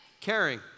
Caring